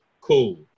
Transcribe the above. cool